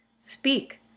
speak